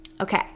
Okay